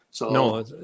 No